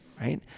right